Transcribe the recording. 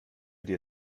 dir